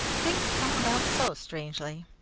things come about so strangely.